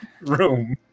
room